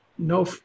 no